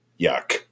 yuck